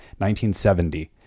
1970